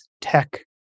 tech